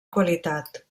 qualitat